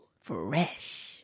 Fresh